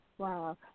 Wow